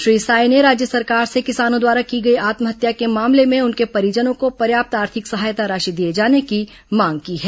श्री साय ने राज्य सरकार से किसानों द्वारा की गई आत्महत्या के मामले में उनके परिजनों को पर्याप्त आर्थिक सहायता राशि दिए जाने की मांग की है